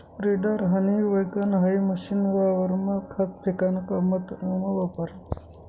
spreader, honey wagon हाई machine वावरमा खत फेकाना काममा वापरतस